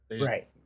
Right